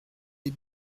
des